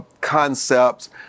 concepts